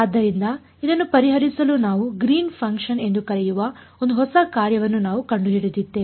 ಆದ್ದರಿಂದ ಇದನ್ನು ಪರಿಹರಿಸಲು ನಾವು Green function Green's function ಎಂದು ಕರೆಯುವ ಒಂದು ಹೊಸ ಕಾರ್ಯವನ್ನು ನಾವು ಕಂಡುಹಿಡಿದಿದ್ದೇವೆ